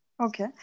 Okay